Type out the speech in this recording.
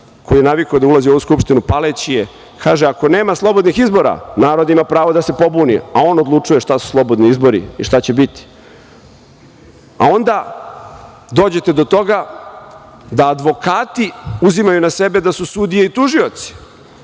koji je navikao da ulazi u Skupštinu paleći je, kaže – ako nema slobodnih izbora, narod ima pravo da se pobuni, a on odlučuje šta su slobodni izbori i šta će biti. Onda, dođete do toga da advokati uzimaju na sebe da su sudije i tužioci